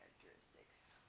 characteristics